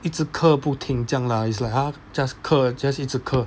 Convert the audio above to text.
一直咳不停这样啦 it's like 他 just 咳 just 一直咳